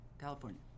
California